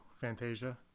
Fantasia